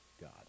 God